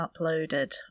uploaded